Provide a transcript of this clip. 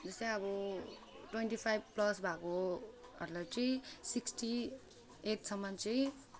जस्तै अब twenty five plus भएकोहरूलाई चाहिँ सिक्सटी एटसम्म चाहिँ